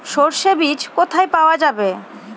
সর্ষে বিজ কোথায় পাওয়া যাবে?